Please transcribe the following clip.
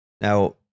Now